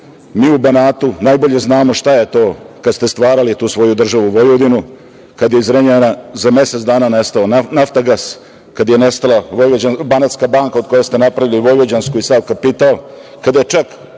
Mi u Banatu najbolje znamo šta je to kada ste stvarali tu svoju državu Vojvodinu, kada je iz Zrenjanina za mesec dana nestao „Naftagas“, kada je nestala „Banatska banka“, od koje ste napravili „Vojvođansku“ i sav kapital,